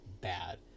bad